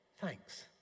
thanks